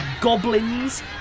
goblins